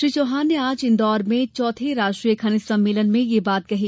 श्री चौहान ने आज इन्दौर में चौथे राष्ट्रीय खनिज सम्मेलन में यह बात कही